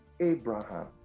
Abraham